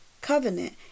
covenant